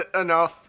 enough